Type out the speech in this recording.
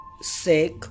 sick